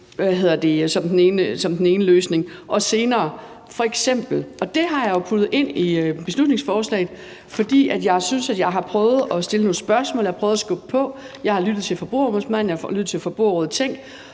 som den ene løsning, og der kommer også senere et eksempel, og det har jeg jo fået ind i beslutningsforslaget, fordi jeg synes, jeg har prøvet at stille nogle spørgsmål, jeg har prøvet at skubbe på, jeg har lyttet til Forbrugerombudsmanden,